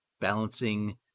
balancing